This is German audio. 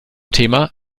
thema